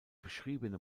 beschriebene